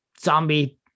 zombie